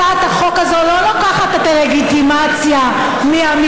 הצעת החוק הזאת לא לוקחת את הלגיטימציה מהמפלגה.